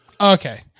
Okay